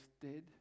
dead